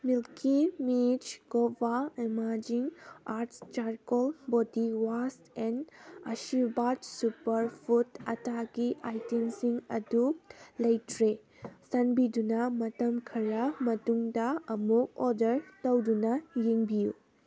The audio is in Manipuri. ꯃꯤꯜꯀꯤ ꯃꯤꯁ ꯈꯣꯕꯥ amazing arts charcoal body wash and ꯑꯁꯤꯔꯕꯥꯠ ꯁꯨꯄꯔ ꯐꯨꯗ ꯑꯇꯥꯒꯤ ꯑꯥꯏꯇꯦꯝꯁꯤꯡ ꯑꯗꯨ ꯂꯩꯇ꯭ꯔꯦ ꯆꯥꯟꯕꯤꯗꯨꯅ ꯃꯇꯝ ꯈꯔ ꯃꯇꯨꯡꯗ ꯑꯃꯨꯛ ꯑꯣꯔꯗꯔ ꯇꯧꯗꯨꯅ ꯌꯦꯡꯕꯤꯌꯨ